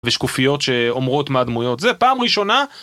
ושקופיות שאומרות מהדמויות, זה פעם ראשונה.